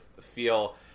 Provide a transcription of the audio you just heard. feel